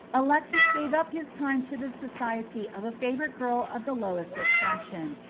alexis gave up his time to the society of a favourite girl of the lowest extraction,